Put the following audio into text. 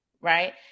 right